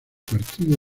partido